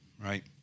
right